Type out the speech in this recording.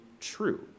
true